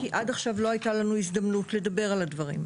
כי עד עכשיו לא הייתה לנו הזדמנות לדבר על הדברים.